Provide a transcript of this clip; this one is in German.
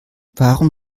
warum